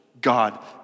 God